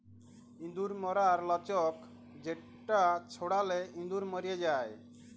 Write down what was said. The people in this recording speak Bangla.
ইঁদুর ম্যরর লাচ্ক যেটা ছড়ালে ইঁদুর ম্যর যায়